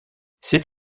c’est